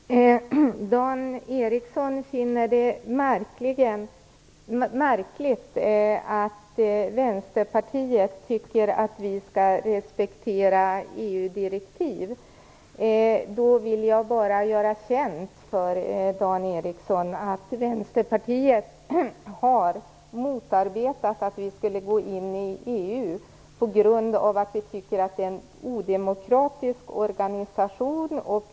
Fru talman! Dan Ericsson finner det märkligt att Vänsterpartiet tycker att vi skall respektera EU direktiv. Då vill jag bara göra klart för Dan Ericsson att Vänsterpartiet motarbetade att vi skulle gå in i EU på grund av att vi tycker att det är en odemokratisk organisation.